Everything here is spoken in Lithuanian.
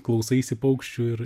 klausaisi paukščių ir